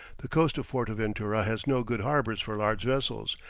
the coast of fortaventura has no good harbours for large vessels,